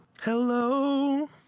Hello